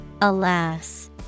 Alas